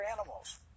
animals